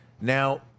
Now